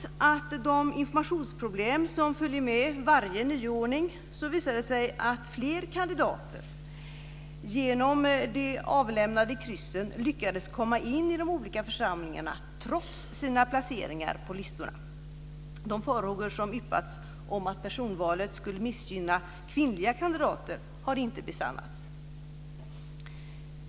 Trots de informationsproblem som följer med varje nyordning visade det sig att flera kandidater genom de avlämnade kryssen lyckades komma in i de olika församlingarna trots sina placeringar på listorna. De farhågor som yppats om att personvalet skulle missgynna kvinnliga kandidater har inte besannats.